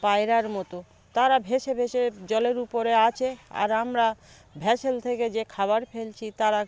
পায়রার মতো তারা ভেসে ভেসে জলের উপরে আচে আর আমরা ভ্যাসেল থেকে যে খাবার ফেলছি তারা